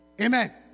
Amen